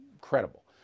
credible